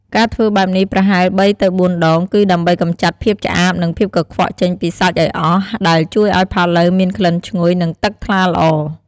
ការធ្វើបែបនេះប្រហែលបីទៅបួនដង គឺដើម្បីកម្ចាត់ភាពឆ្អាប និងភាពកខ្វក់ចេញពីសាច់ឱ្យអស់ ដែលជួយឱ្យផាក់ឡូវមានក្លិនឈ្ងុយ និងទឹកថ្លាល្អ។